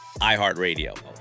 iHeartRadio